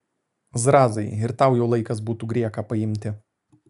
zrazai ir tau jau laikas būtų grieką paimti